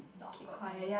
the awkward kind